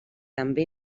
també